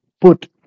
put